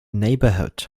neighborhood